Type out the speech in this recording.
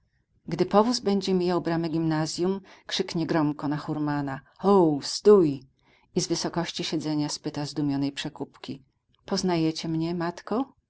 gdy powóz będzie mijał bramę gimnazjum krzyknie gromko na furmana hou stój i z wysokości siedzenia spyta zdumionej przekupki poznajecie mnie matko